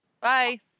Bye